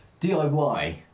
DIY